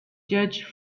judge